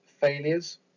failures